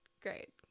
great